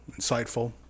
insightful